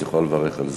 אז את יכולה לברך על זה.